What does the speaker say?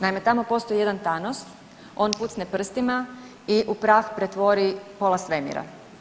Naime, tamo postoji jedan Thanos, on pucne prstima i u prah pretvori pola svemira.